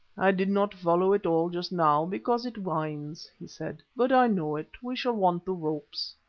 i did not follow it all just now, because it winds, he said. but i know it. we shall want the ropes.